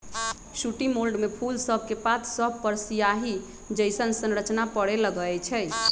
sooty mould में फूल सभके पात सभपर सियाहि जइसन्न संरचना परै लगैए छइ